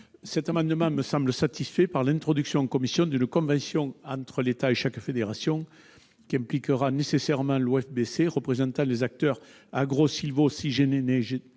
Cet amendement me semble satisfait par l'introduction, en commission, d'une convention entre l'État et chaque fédération, qui impliquera nécessairement l'OFBC, représentant les acteurs agro-sylvo-cynégétiques,